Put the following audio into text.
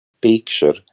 picture